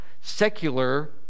secular